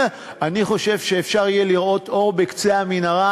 ואני חושב שאפשר יהיה לראות אור בקצה המנהרה.